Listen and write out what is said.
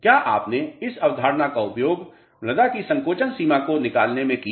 क्या आपने इस अवधारणा का उपयोग मृदा की संकोचन सीमा को निकालने में किया है